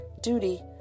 duty